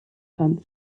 femme